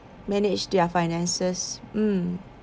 manage their finances mm